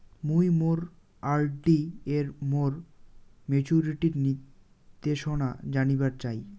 মুই মোর আর.ডি এর মোর মেচুরিটির নির্দেশনা জানিবার চাই